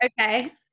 Okay